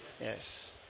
Yes